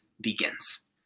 begins